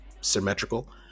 symmetrical